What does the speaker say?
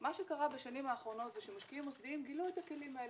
מה שקרה בשנים האחרונות זה שמשקיעים מוסדיים גילו את הכלים האלה.